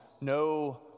no